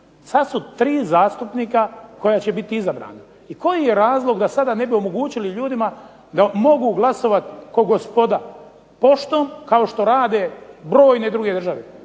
Sad su tri zastupnika koja će biti izabrana. I koji je razlog da sada ne bi omogućili ljudima da mogu glasovat ko gospoda poštom, kao što rade brojne druge države?